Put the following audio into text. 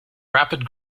rapid